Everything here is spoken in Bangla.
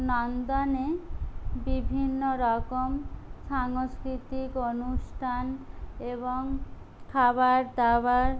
নন্দনে বিভিন্ন রকম সাংস্কৃতিক অনুষ্ঠান এবং খাবার দাবার